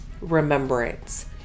remembrance